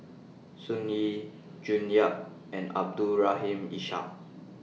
Sun Yee June Yap and Abdul Rahim Ishak